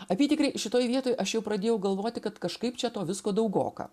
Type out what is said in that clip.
apytikriai šitoj vietoj aš jau pradėjau galvoti kad kažkaip čia to visko daugoka